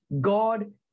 God